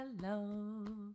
Hello